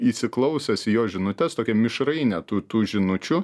įsiklausęs į jo žinutes tokią mišrainę tų tų žinučių